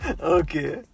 Okay